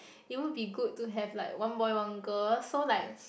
it will be good to have like one boy one girl so like